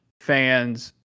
fans